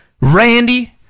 randy